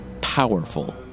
Powerful